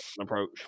Approach